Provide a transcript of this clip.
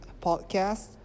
podcast